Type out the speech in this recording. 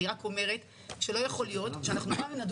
אני רק אומרת שלא יכול להיות שאנחנו נדון